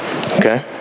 Okay